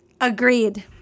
Agreed